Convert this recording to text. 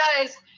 guys